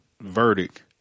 verdict